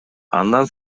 андан